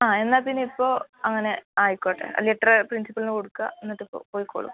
ആ എന്നാൽ പിന്നെ ഇപ്പോൾ അങ്ങനെ ആയിക്കോട്ടെ ലെറ്ററ് പ്രിൻസിപ്പിൾന് കൊടുക്കുക എന്നിട്ട് പൊ പൊയ്ക്കോളു